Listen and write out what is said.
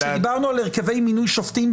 כשדיברנו על הרכבי מינוי שופטים,